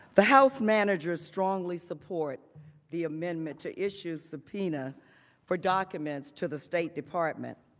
the house managers strongly support the amendment to issue subpoenas for documents, to the state department.